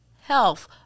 Health